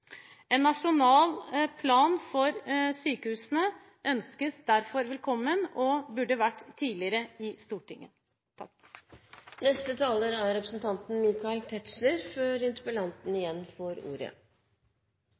En nasjonal plan for sykehusene ønskes derfor velkommen og burde vært tidligere i Stortinget. Jeg vil begynne med å gi ros til representanten